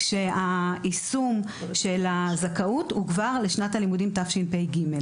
כשהיישום של הזכאות הוא כבר לשנת הלימודים תשפ"ג.